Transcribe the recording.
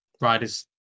rider's